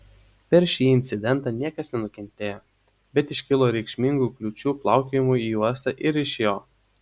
per šį incidentą niekas nenukentėjo bet iškilo reikšmingų kliūčių plaukiojimui į uostą ir iš jo